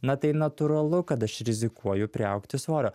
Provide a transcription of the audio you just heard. na tai natūralu kad aš rizikuoju priaugti svorio